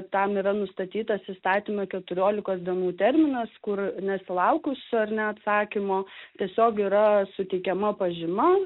tam yra nustatytas įstatymu keturiolikos dienų terminas kur nesulaukus ar ne atsakymo tiesiog yra suteikiama pažyma